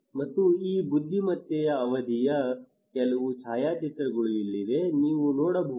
ಮತ್ತು ಈ ಬುದ್ದಿಮತ್ತೆಯ ಅವಧಿಯ ಕೆಲವು ಛಾಯಾಚಿತ್ರಗಳು ಇಲ್ಲಿವೆ ನೀವು ನೋಡಬಹುದು